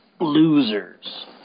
losers